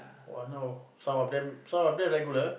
[wah] now some of them some of them regulars